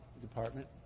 department